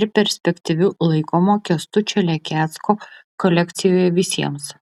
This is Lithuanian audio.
ir perspektyviu laikomo kęstučio lekecko kolekcijoje visiems